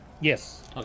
Yes